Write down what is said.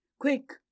Quick